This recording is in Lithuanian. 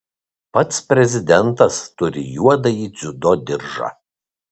pats prezidentas turi juodąjį dziudo diržą